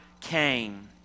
came